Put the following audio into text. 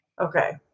Okay